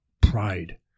pride